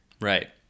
Right